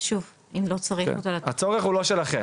שוב, אם לא צריך אותה --- הצורך הוא לא שלכם.